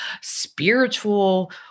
spiritual